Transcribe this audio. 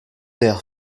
der